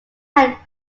had